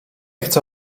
chcę